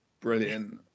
brilliant